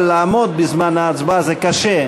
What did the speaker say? אבל לעמוד בזמן ההצבעה זה קשה.